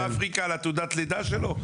אפוסטיל על תעודת הלידה שלו.